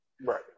Right